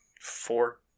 four